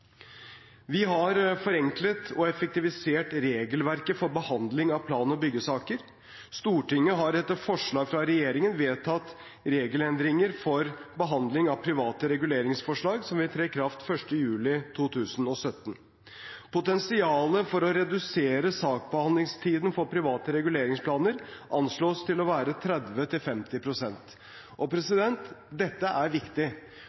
Vi har forenklet og effektivisert regelverket for behandling av plan- og byggesaker. Stortinget har etter forslag fra regjeringen vedtatt regelendringer for behandling av private reguleringsforslag, som vil tre i kraft 1. juli 2017. Potensialet for å redusere saksbehandlingstiden for private reguleringsplaner anslås til å være 30–50 pst. Og dette er viktig.